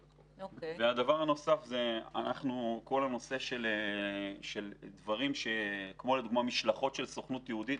הדבר הנוסף הוא כל הנושא של דברים כמו משלחות של הסוכנות היהודית.